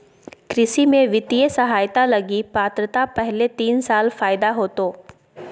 कृषि में वित्तीय सहायता लगी पात्रता पहले तीन साल फ़ायदा होतो